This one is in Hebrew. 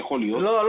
יכול להיות -- לא,